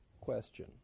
question